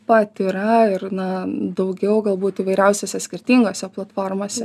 pat yra ir na daugiau galbūt įvairiausiose skirtingose platformose